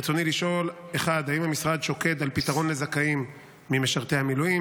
ברצוני לשאול: 1. האם המשרד שוקד על פתרון לזכאים ממשרתי המילואים?